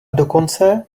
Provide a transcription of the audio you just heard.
dokonce